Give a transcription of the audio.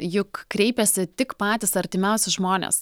juk kreipiasi tik patys artimiausi žmonės